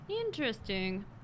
Interesting